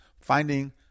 finding